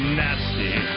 nasty